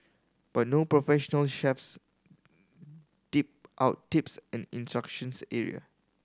but no professional chefs dip out tips and instructions area